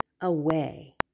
away